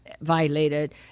violated